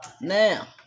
Now